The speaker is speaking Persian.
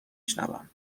شنوم